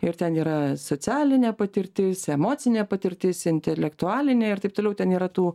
ir ten yra socialinė patirtis emocinė patirtis intelektualinė ir taip toliau ten yra tų